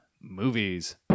movies